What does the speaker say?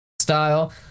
style